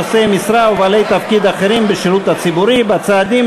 נושאי המשרה ובעלי תפקיד אחרים בשירות הציבורי בצעדים